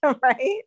Right